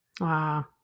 Wow